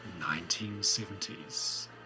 1970s